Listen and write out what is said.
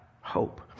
hope